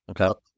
Okay